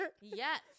Yes